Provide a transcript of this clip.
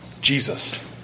Jesus